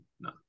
No